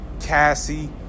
Cassie